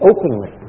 Openly